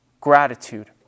gratitude